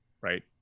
right